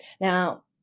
Now